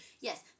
yes